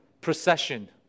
procession